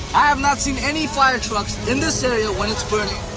i have not seen any firetrucks in this area when it's burning.